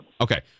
Okay